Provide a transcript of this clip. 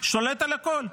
שולט על הכול,